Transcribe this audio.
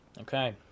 Okay